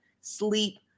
sleep